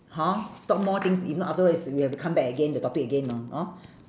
hor talk more things if not afterwards we have to come back again the topic again ah hor